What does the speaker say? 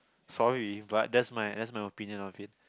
sorry but that's my that's my opinion of it